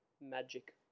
magic